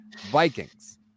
Vikings